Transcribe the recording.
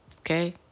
okay